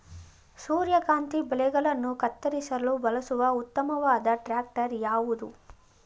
ಸೂರ್ಯಕಾಂತಿ ಬೆಳೆಗಳನ್ನು ಕತ್ತರಿಸಲು ಬಳಸುವ ಉತ್ತಮವಾದ ಟ್ರಾಕ್ಟರ್ ಯಾವುದು?